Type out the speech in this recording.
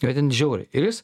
jie ten žiauriai ir jis